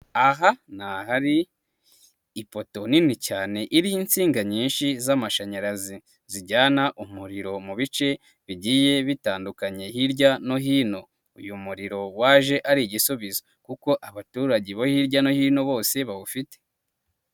Aha ni hari ifoto nini cyane iriho insinga nyinshi z'amashanyarazi zijyana umuriro mu bice bigiye bitandukanye hirya no hino. Uyu muriro waje ari igisubizo kuko abaturage bo hirya no hino bose bawufite.